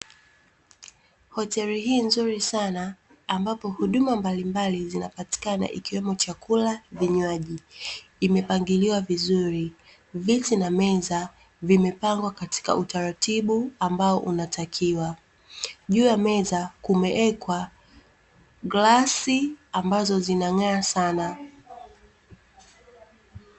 Hoteli hii nzuri sana ambapo huduma mbalimbali zinapitikana ikiwemo chakula, vinywaji. Imepangiliwa vizuri, viti na meza vimepangwa katika utaratibu, ambao unatakiwa. Juu ya meza kumewekwa glasi ambazo zinang'aa sana.